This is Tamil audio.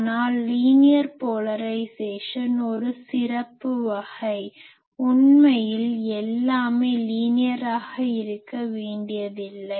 ஆனால் லீனியர் போலரைஸேசன் ஒரு சிறப்பு வகை உண்மையில் எல்லாமே லீனியராக இருக்க வேண்டியதில்லை